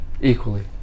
Equally